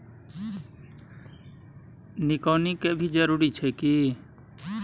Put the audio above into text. निकौनी के भी जरूरी छै की?